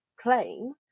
claim